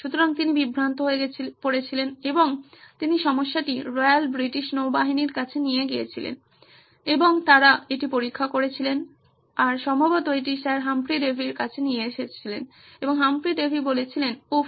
সুতরাং তিনি বিভ্রান্ত হয়েছিলেন এবং তিনি সমস্যাটি রয়্যাল ব্রিটিশ নৌবাহিনীর কাছে নিয়ে গিয়েছিলেন এবং তারা এটি পরীক্ষা করেছিলেন এবং সম্ভবত এটি স্যার হামফ্রি ডেভির কাছে নিয়ে গিয়েছিলেন এবং হামফ্রি বলেছিলেন উফ